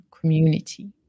community